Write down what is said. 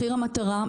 מחיר המטרה,